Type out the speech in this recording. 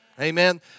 Amen